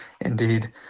Indeed